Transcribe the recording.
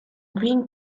green